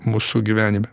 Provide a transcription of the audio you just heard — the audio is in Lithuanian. mūsų gyvenime